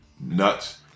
nuts